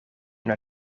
naar